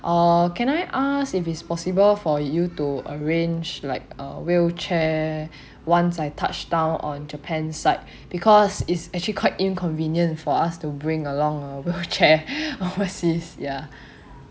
uh can I ask if it's possible for you to arrange like a wheelchair once I touchdown on japan side because it's actually quite inconvenient for us to bring along a wheelchair overseas ya